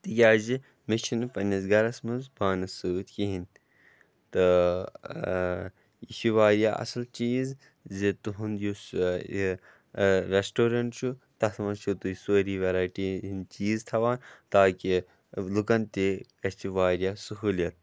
تِکیٛازِ مےٚ چھِنہٕ پنٛنِس گَرَس منٛز پانَس سۭتۍ کِہیٖنۍ تہٕ یہِ چھِ واریاہ اَصٕل چیٖز زِ تُہُنٛد یُس یہِ رٮ۪سٹورنٛٹ چھُ تَتھ منٛز چھِو تُہۍ سٲری وٮ۪رایٹی ہِنٛدۍ چیٖز تھاوان تاکہِ لُکَن تہِ گژھِ واریاہ سہوٗلیَت